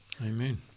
Amen